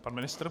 Pan ministr?